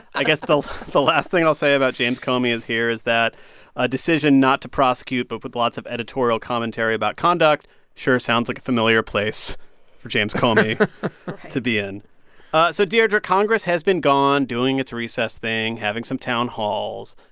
i guess the the last thing i'll say about james comey here is that a decision not to prosecute but with lots of editorial commentary about conduct sure sounds like a familiar place for james comey to be in so, deirdre, congress has been gone, doing its recess thing, having some town halls.